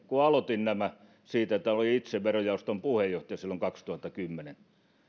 kun aloitin nämä siitä että olin itse verojaoston puheenjohtaja silloin kaksituhattakymmenen